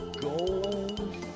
Gold